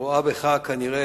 היא רואה בך כנראה